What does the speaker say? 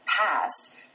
past